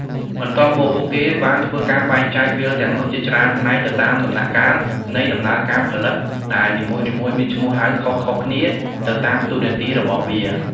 បន្ទាប់មក ពួកគេបានធ្វើការបែងចែកវាលទាំងនោះជាច្រើនផ្នែកទៅតាមដំណាក់កាលនៃដំណើរការផលិតដែលនីមួយៗមានឈ្មោះហៅខុសៗគ្នាទៅតាមតួនាទីរបស់វា។